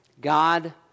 God